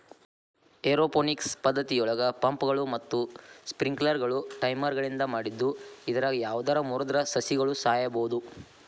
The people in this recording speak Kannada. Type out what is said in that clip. ಏರೋಪೋನಿಕ್ಸ್ ಪದ್ದತಿಯೊಳಗ ಪಂಪ್ಗಳು ಮತ್ತ ಸ್ಪ್ರಿಂಕ್ಲರ್ಗಳು ಟೈಮರ್ಗಳಿಂದ ಮಾಡಿದ್ದು ಇದ್ರಾಗ ಯಾವದರ ಮುರದ್ರ ಸಸಿಗಳು ಸಾಯಬೋದು